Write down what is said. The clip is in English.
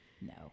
No